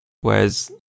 Whereas